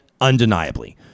undeniably